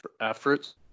efforts